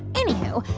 anywho,